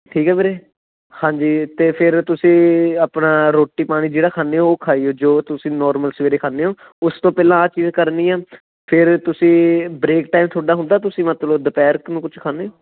ਠੀਕ ਹੈ ਵੀਰੇ ਹਾਂਜੀ ਅਤੇ ਫ਼ੇਰ ਤੁਸੀਂ ਆਪਣਾ ਰੋਟੀ ਪਾਣੀ ਜਿਹੜਾ ਖਾਨੇ ਓ ਉਹ ਖਾਈਓ ਜੋ ਤੁਸੀਂ ਨੌਰਮਲ ਸਵੇਰੇ ਖਾਨੇ ਹੋ ਉਸ ਤੋਂ ਪਹਿਲਾਂ ਆਹ ਚੀਜ਼ ਕਰਨੀ ਆ ਫ਼ੇਰ ਤੁਸੀਂ ਬ੍ਰੇਕ ਟਾਈਮ ਤੁਹਾਡਾ ਹੁੰਦਾ ਤੁਸੀਂ ਮਤਲਬ ਦੁਪਹਿਰ ਕ ਨੂੰ ਕੁਛ ਖਾਨੇ ਹੋ